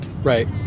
right